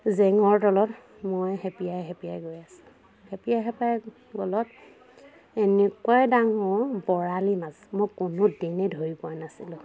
জেঙৰ তলত মই খেপিয়াই খেপিয়াই গৈ আছোঁ খেপিয়াই খেপিয়াই গলত এনেকুৱাই ডাঙৰ বৰালি মাছ মই কোনোদিনেই ধৰি পোৱা নাছিলোঁ